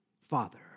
Father